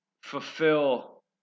fulfill